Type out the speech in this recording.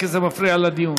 כי זה מפריע לדיון.